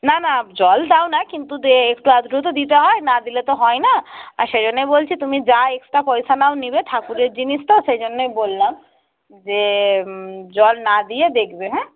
না না জল দাও না কিন্তু একটু আধটু তো দিতে হয় না দিলে তো হয় না আর সে জন্যই বলছি তুমি যা এক্সটা পয়সা নাও নিবে ঠাকুরের জিনিস তো সেই জন্যই বললাম যে জল না দিয়ে দেখবে হ্যাঁ